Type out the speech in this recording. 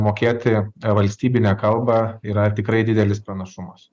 mokėti valstybinę kalbą yra tikrai didelis pranašumas